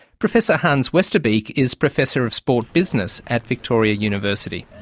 professor hans westerbeek is professor of sport business at victoria university.